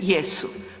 Jesu.